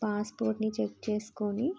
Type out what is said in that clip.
పాస్పోర్ట్ని check చేసుకుని